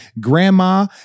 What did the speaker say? grandma